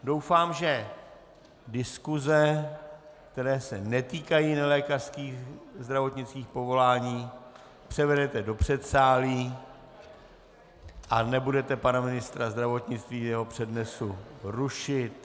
Doufám, že diskuse, které se netýkají nelékařských zdravotnických povolání, převedete do předsálí a nebudete pana ministra zdravotnictví v jeho přednesu rušit.